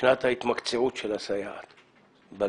שנת ההתמקצעות של הסייעת בגן.